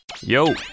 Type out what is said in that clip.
Yo